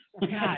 God